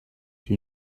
you